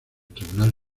tribunal